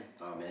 Amen